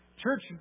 Church